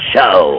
Show